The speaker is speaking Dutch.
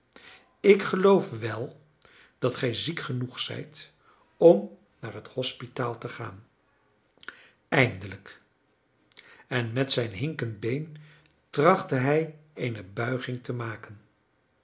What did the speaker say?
ik geloof wel dat gij ziek genoeg zijt om naar het hospitaal te gaan eindelijk en met zijn hinkend been trachtte hij eene buiging te maken